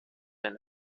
eine